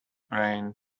brain